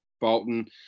Bolton